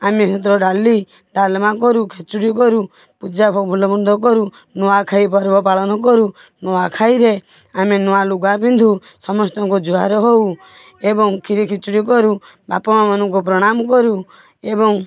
ଆମେ ସେତେବେଳେ ଡାଲି ଡାଲମା କରୁ ଖେଚୁଡ଼ି କରୁ ପୂଜା ଭଲ ମନ୍ଦ କରୁ ନୂଆଖାଇ ପର୍ବ ପାଳନ କରୁ ନୂଆଖାଇରେ ଆମେ ନୂଆଲୁଗା ପିନ୍ଧୁ ସମସ୍ତଙ୍କୁ ଜୁହାର ହଉ ଏବଂ କ୍ଷୀରି ଖେଚୁଡ଼ି କରୁ ବାପ ମାଁ ମାନକୁ ପ୍ରଣାମ କରୁ ଏବଂ